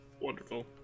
Wonderful